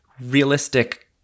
realistic